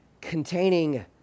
containing